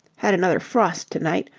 had another frost to-night.